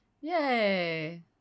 Yay